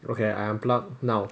okay I unplug now